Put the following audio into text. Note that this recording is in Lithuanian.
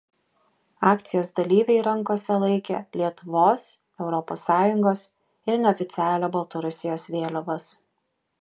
akcijos dalyviai rankose laikė lietuvos europos sąjungos ir neoficialią baltarusijos vėliavas